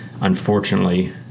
unfortunately